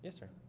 ah sir.